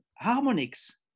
harmonics